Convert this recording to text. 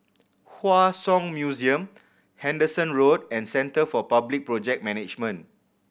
Hua Song Museum Henderson Road and Centre for Public Project Management